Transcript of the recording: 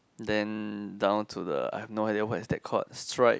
then down to the I have no idea what is that called stripe